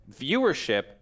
viewership